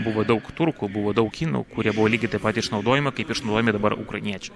buvo daug turkų buvo daug kinų kurie buvo lygiai taip pat išnaudojami kaip išnaudojami dabar ukrainiečiai